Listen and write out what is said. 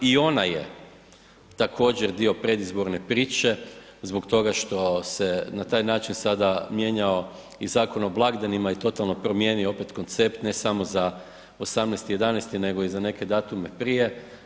I ona je također dio predizborne priče zbog toga što se na taj način sada mijenjao i Zakon o blagdanima i totalno promijenio opet koncept, ne samo za 18.11., nego i za neke datume prije.